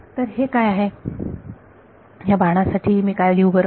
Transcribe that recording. तर हे काय आहे ह्या बाणा साठी मी काय लिहू बरे